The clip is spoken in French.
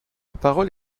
parole